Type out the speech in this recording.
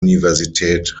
universität